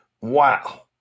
Wow